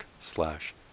slash